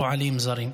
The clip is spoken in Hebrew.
פועלים זרים.